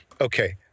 okay